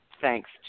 thanks